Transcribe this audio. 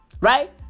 Right